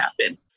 happen